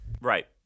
Right